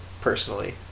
personally